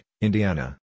Indiana